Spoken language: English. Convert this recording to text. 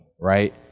right